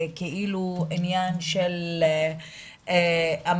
וכאילו עניין של המדינה,